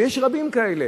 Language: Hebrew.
ויש רבים כאלה.